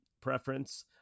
preference